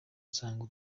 nsanga